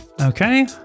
okay